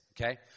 okay